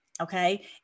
Okay